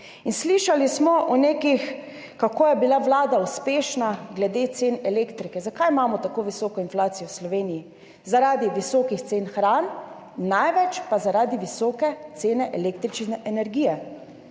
In slišali smo o tem, kako je bila Vlada uspešna glede cen elektrike. Zakaj imamo tako visoko inflacijo v Sloveniji? Zaradi visokih cen hrane, največ pa zaradi visoke cene električne energije.